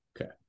Okay